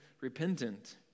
repentant